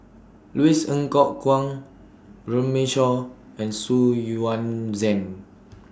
Louis Ng Kok Kwang Runme Shaw and Xu Yuan Zhen